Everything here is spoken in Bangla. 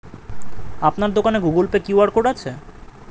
আপনার দোকানে গুগোল পে কিউ.আর কোড আছে?